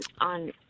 on